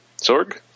Sorg